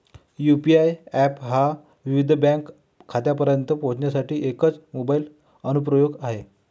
UPI app हा विविध bank खात्यांपर्यंत पोहोचण्यासाठी एकच मोबाइल अनुप्रयोग आहे